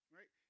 Right